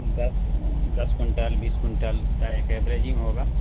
دس دس کنٹل بیس کنٹل کا ایک ایوریجنگ ہوگا